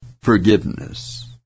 forgiveness